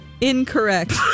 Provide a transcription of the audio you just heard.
incorrect